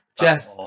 Jeff